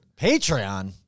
Patreon